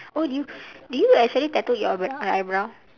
oh did you did you actually tattooed your br~ eyebrow